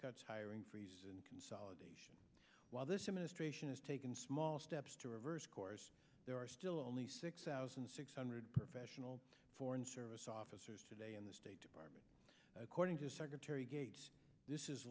cuts hiring freezes and consolidation while this administration has taken small steps to reverse course there are still only six thousand six hundred professional foreign service officers today in the state department according to secretary gates this is